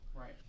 right